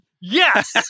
Yes